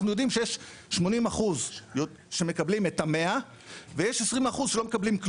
יודעים שיש 80% שמקבלים את ה-100 ויש 20% שלא מקבלים,